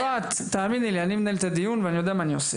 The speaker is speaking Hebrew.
יפעת תאמיני לי אני מנהל את הדיון ואני יודע מה אני עושה,